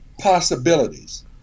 possibilities